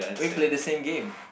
we play the same game